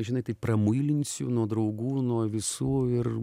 žinai tai pramuilinsiu nuo draugų nuo visų ir